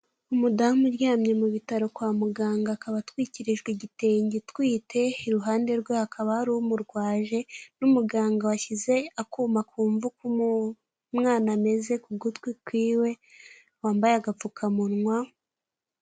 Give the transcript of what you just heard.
Umudamu uryamye mu bitaro kwa muganga akaba atwikirijwe igitenge utwite iruhande rwe ha akaba hari umurwaje n'umuganga washyize akuma kumva uku umwana ameze ku gutwi kw'iwe wambaye agapfukamunwa..